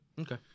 okay